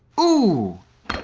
ooh.